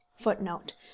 Footnote